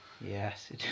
Yes